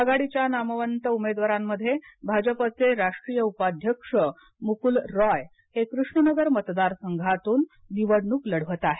आघाडीच्या नामवंत उमेदवारांमध्ये भाजपचे राष्ट्रीय उपाध्यक्ष मुकुल रॉय हे कृष्ण नगर मतदारसंघातून निवडणूक लढवत आहेत